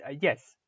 Yes